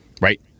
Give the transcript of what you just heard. right